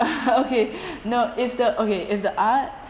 okay no if the okay if the art